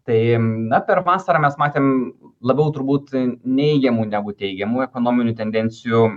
tai na per vasarą mes matėm labiau turbūt neigiamų negu teigiamų ekonominių tendencijų